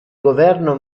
governo